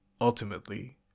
ultimately